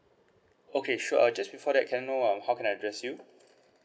okay sure uh just before that can I know um how can I address you